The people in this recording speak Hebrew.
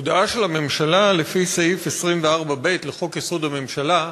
הודעה של הממשלה לפי סעיף 24(ב) לחוק-יסוד: הממשלה,